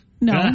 No